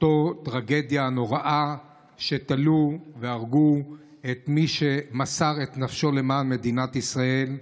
אותה טרגדיה נוראה שתלו והרגו את מי שמסר את נפשו למען מדינת ישראל,